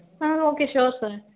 ம் okay sure sir